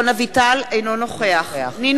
אינו נוכח נינו אבסדזה,